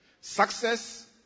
Success